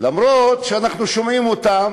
כשאנחנו שומעים אותם,